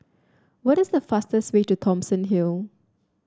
what is the fastest way to Thomson Hill